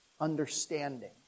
understanding